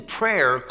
prayer